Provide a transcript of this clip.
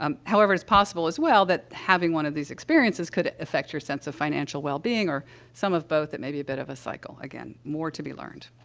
um however, it's possible, as well, that having one of these experiences could affect your sense of financial wellbeing or some of both. it may be a bit of a cycle. again, more to be learned.